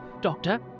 Doctor